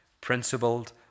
principled